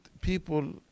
people